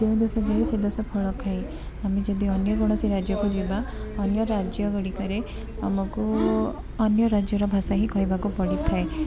ଯେଉଁ ଦେଶ ଯାଇ ସେ ଦେଶ ଫଳ ଖାଇ ଆମେ ଯଦି ଅନ୍ୟ କୌଣସି ରାଜ୍ୟକୁ ଯିବା ଅନ୍ୟ ରାଜ୍ୟ ଗୁଡ଼ିକରେ ଆମକୁ ଅନ୍ୟ ରାଜ୍ୟର ଭାଷା ହିଁ କହିବାକୁ ପଡ଼ିଥାଏ